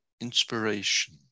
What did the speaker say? inspiration